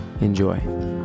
Enjoy